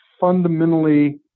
fundamentally